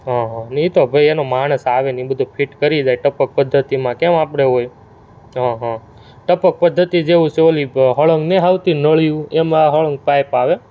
હં હં ને એ તો ભાઈ એનો માણસ આવે ને એ બધુ ફિટ કરી જાય ટપક પદ્ધતિમાં કેમ આપણે હોય હં હં ટપક પદ્ધતિ જેવું છે ઓલી શળંગ નથી આવતી નળીઓ એમ આ સળંગ પાઇપ આવે